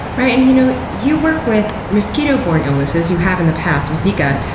right. and you know you work with mosquito-borne illnesses, you have in the past with zika,